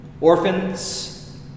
orphans